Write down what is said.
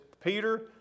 Peter